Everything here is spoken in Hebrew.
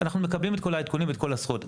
אנחנו מקבלים את כל העדכונים וכל הזכויות,